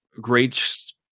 great